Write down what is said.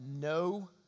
no